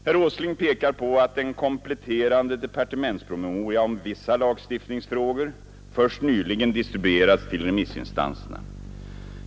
Herr Åsling pekar på att en kompletterande departementspromemoria om vissa lagstiftningsfrågor först nyligen distribuerats till remissinstanserna.